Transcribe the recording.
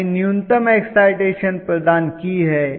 मैंने न्यूनतम एक्साइटेशन प्रदान की है